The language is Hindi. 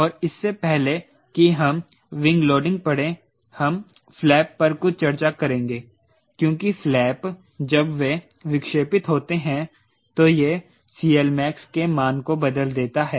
और इससे पहले कि हम विंग लोडिंग पड़ें हम फ्लैप पर कुछ चर्चा करेंगे क्योंकि फ्लैप जब वे विक्षेपित होते हैं तो यह CLmax के मान को बदल देता है